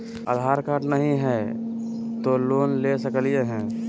आधार card नही हय, तो लोन ले सकलिये है?